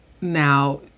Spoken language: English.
now